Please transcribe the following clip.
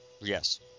Yes